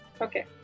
Okay